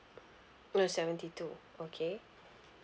oh seventy two okay